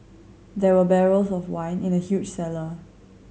there were barrels of wine in the huge cellar